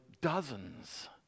dozens